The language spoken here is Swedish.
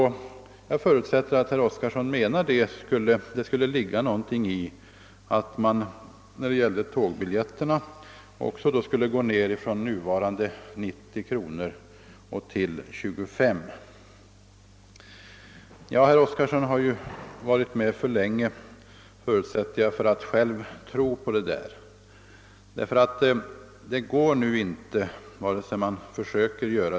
Jag förutsätter att herr Oskarson menade — även om han inte sade det rent ut — att de skulle kunna sänkas från nuvarande 90 kronor till 25 kronor. Herr Oskarson har dock varit med för länge, föreställer jag mig, för att själv kunna tro på det.